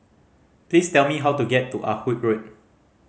please tell me how to get to Ah Hood Road